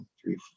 three